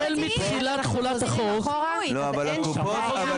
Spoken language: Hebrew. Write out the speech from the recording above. החל מתחילת תחולת החוק --- המצב לא